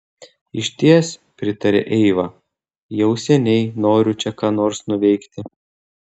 išties pritarė eiva jau seniai noriu čia ką nors nuveikti